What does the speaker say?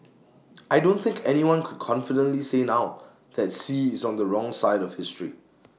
I don't think anyone could confidently say now that Xi is on the wrong side of history